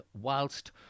whilst